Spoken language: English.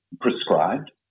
prescribed